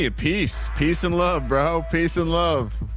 ah peace, peace and love bro. peace and love.